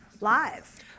live